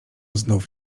znów